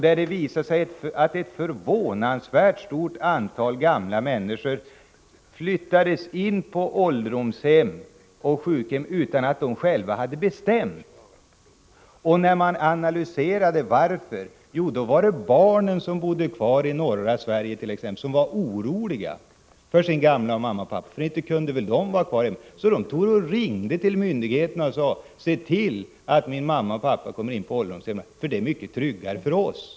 Där visade det sig att ett förvånansvärt stort antal gamla människor flyttades in på ålderdomshem och sjukhem utan att de själva hade bestämt det. Och när man analyserade varför fann man att det var barnen, som bodde kvar it.ex. norra Sverige, som var oroliga för sina föräldrar och menade att föräldrarna inte kunde bo kvar hemma. Barnen ringde alltså till myndigheterna och bad dem se till att föräldrarna kom in på ålderdomshem, för det var mycket tryggare för barnen.